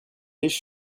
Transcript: riches